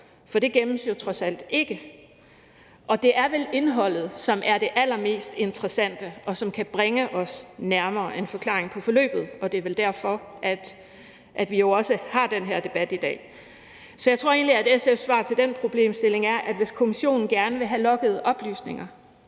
for det gemmes jo trods alt ikke. Og det er vel indholdet, som er det allermest interessante, og som kan bringe os nærmere en forklaring på forløbet, og det er vel også derfor, vi har den her debat i dag. Så jeg tror egentlig, at SF's svar til den problemstilling er, at hvis kommissionen gerne vil have loggede oplysninger,